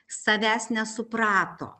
savęs nesuprato